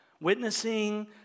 witnessing